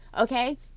okay